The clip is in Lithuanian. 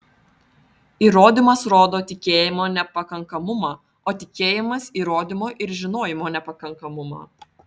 įrodymas rodo tikėjimo nepakankamumą o tikėjimas įrodymo ir žinojimo nepakankamumą